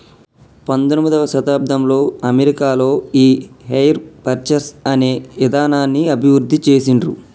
పంతొమ్మిదవ శతాబ్దంలో అమెరికాలో ఈ హైర్ పర్చేస్ అనే ఇదానాన్ని అభివృద్ధి చేసిండ్రు